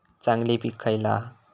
चांगली पीक खयला हा?